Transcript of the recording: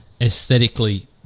aesthetically